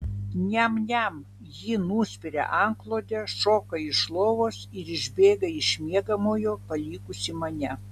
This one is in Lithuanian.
niam niam ji nuspiria antklodę šoka iš lovos ir išbėga iš miegamojo palikusi mane